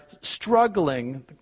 struggling